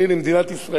זה לכולי עלמא.